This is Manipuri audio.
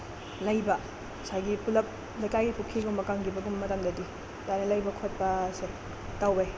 ꯂꯩꯕ ꯉꯁꯥꯏꯒꯤ ꯄꯨꯂꯞ ꯂꯩꯀꯥꯏꯒꯤ ꯄꯨꯈꯤꯒꯨꯝꯕ ꯀꯪꯈꯤꯕꯒꯨꯝꯕ ꯃꯇꯝꯗꯗꯤ ꯑꯗꯨꯃꯥꯏꯅ ꯂꯩꯕ ꯈꯣꯠꯄꯁꯦ ꯇꯧꯋꯦ